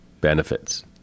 benefits